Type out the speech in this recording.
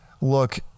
Look